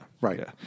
Right